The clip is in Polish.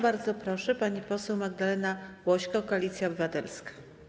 Bardzo proszę, pani poseł Magdalena Łośko, Koalicja Obywatelska.